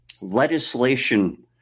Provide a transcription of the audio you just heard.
legislation